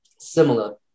similar